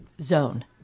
zone